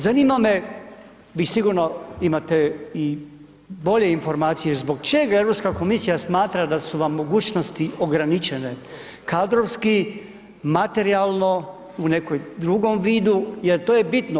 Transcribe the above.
Zanima me, vi sigurno imate i bolje informacije zbog čega Europska komisija smatra da su vam mogućnosti ograničene kadrovski, materijalno u nekom drugom vidu jer to je bitno?